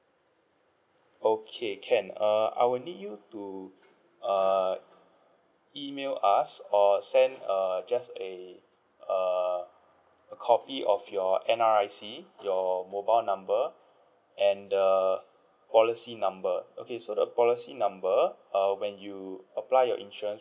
okay can err I will need you to err email us or send err just a err a copy of your N_R_I_C your mobile number and uh policy number okay so the policy number uh when you apply your insurance